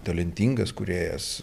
talentingas kūrėjas